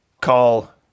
call